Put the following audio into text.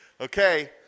Okay